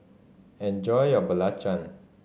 enjoy your belacan